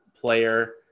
player